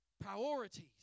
priorities